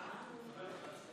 (אומר בערבית: